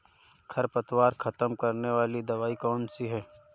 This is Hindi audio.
खरपतवार खत्म करने वाली दवाई कौन सी है?